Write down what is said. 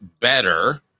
better